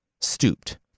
stooped